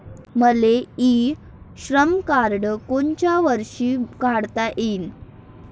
मले इ श्रम कार्ड कोनच्या वर्षी काढता येईन?